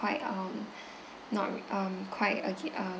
quite um not um quite agai~ um